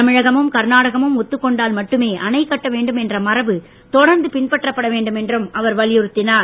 தமிழகமும் கர்நாடகமும் ஒத்துக் கொண்டால் மட்டுமே அணை கட்ட வேண்டும் என்ற மரபு தொடர்ந்து பின்பற்றப்பட வேண்டும் என்றும் அவர் வலியுறுத்தினார்